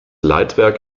leitwerk